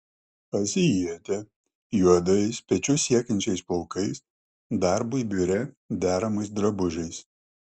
azijietė juodais pečius siekiančiais plaukais darbui biure deramais drabužiais